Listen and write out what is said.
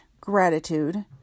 gratitude